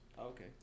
Okay